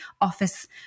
office